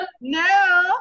no